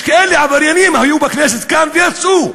יש כאלה עבריינים, היו בכנסת, כאן, ויצאו,